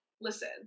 listen